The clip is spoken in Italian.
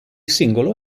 singolo